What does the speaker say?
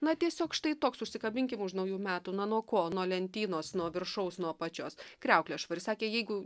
na tiesiog štai toks užsikabinkim už naujų metų na nuo ko nuo lentynos nuo viršaus nuo apačios kriauklė švari sakė jeigu